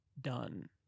done